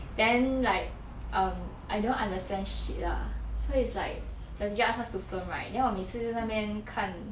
then like um I don't understand shit lah so it's like the teacher ask us to film right then 我每次就在那边看